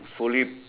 fully